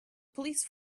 police